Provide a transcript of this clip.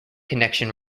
connection